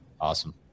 Awesome